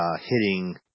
hitting